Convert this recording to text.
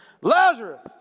Lazarus